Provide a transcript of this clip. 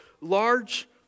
large